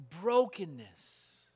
brokenness